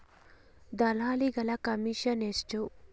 ದಲ್ಲಾಳಿಗಳ ಕಮಿಷನ್ ಎಷ್ಟು?